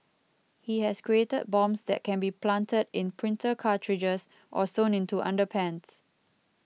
he has created bombs that can be planted in printer cartridges or sewn into underpants